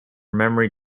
memory